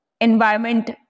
environment